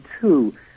two